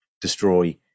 destroy